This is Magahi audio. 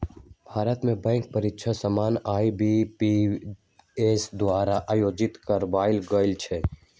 भारत में बैंक परीकछा सामान्य आई.बी.पी.एस द्वारा आयोजित करवायल जाइ छइ